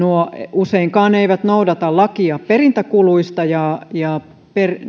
useinkaan ne eivät noudata lakia perintäkuluista ja ja